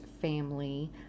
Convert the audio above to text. family